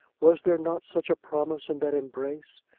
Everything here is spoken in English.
was there not such a promise in that embrace,